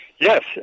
Yes